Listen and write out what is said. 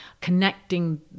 connecting